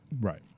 Right